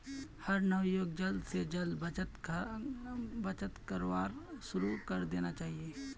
हर नवयुवाक जल्दी स जल्दी बचत करवार शुरू करे देना चाहिए